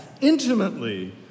intimately